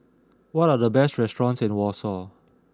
what are the best restaurants in Warsaw